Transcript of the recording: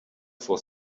for